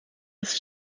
ist